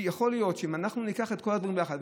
יכול להיות שאם ניקח את כל הדברים יחד,